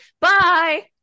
Bye